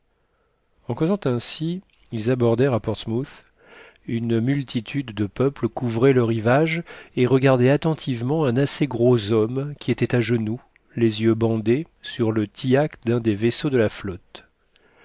en causant ainsi ils abordèrent à portsmouth une multitude de peuple couvrait le rivage et regardait attentivement un assez gros homme qui était à genoux les yeux bandés sur le tillac d'un des vaisseaux de la flotte